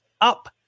up